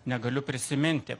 negaliu prisiminti